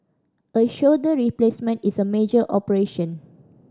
a shoulder replacement is a major operation